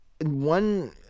one